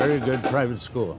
very good private school